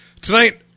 Tonight